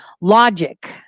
logic